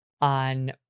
on